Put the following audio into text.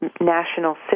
national